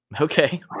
Okay